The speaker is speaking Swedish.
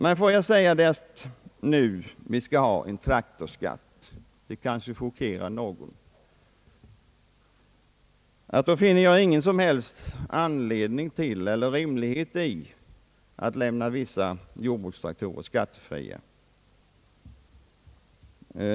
Jag vill dock säga att om det införs en skatt beträffande traktorerna — och det kanske chockerar många att höra detta — finner jag ingen som helst anledning till eller rimlighet i att undanta vissa jordbrukstraktorer från skattskyldighet.